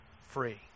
free